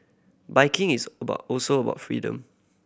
biking is also about freedom